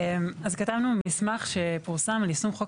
אז כתבנו מסמך שפורסם על יישום חוק